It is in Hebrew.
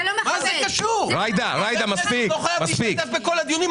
אני לא חייב להשתתף בכל הדיונים.